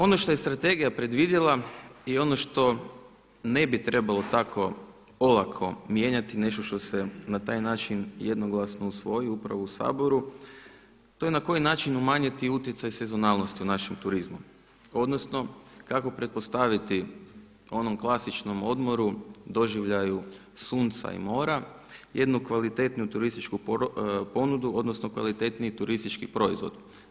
Ono što je strategija predvidjela i ono što ne bi trebalo tako olako mijenjati, nešto što se na taj način jednoglasno usvoji upravo u Saboru to je na koji način umanjiti utjecaj sezonalnosti u našem turizmu, odnosno kako pretpostaviti onom klasičnom odmoru, doživljaju sunca i mora jednu kvalitetniju turističku ponudu odnosno kvalitetniji turistički proizvod.